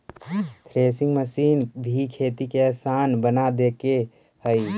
threshing machine भी खेती के आसान बना देके हइ